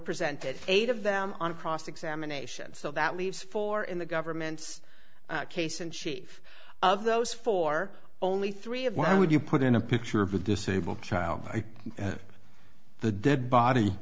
presented eight of them on cross examination so that leaves four in the government's case in chief of those four only three of why would you put in a picture of a disabled child the dead body